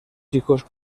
hijos